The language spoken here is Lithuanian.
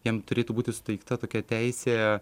jam turėtų būti suteikta tokia teisė